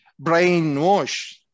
brainwash